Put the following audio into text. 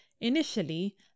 Initially